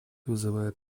вызывает